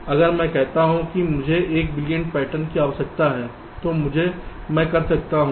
अगर मैं कहता हूं कि मुझे 1 बिलियन पैटर्न की जरूरत है तो मैं कर सकता हूं